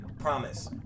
Promise